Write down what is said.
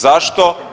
Zašto?